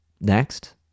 Next